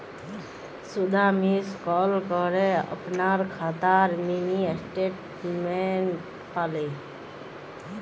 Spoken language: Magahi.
सुधा मिस कॉल करे अपनार खातार मिनी स्टेटमेंट पाले